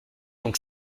donc